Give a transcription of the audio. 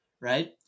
right